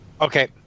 Okay